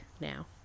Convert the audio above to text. now